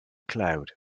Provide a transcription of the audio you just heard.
cloud